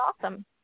awesome